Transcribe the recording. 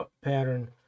pattern